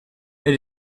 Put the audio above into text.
elle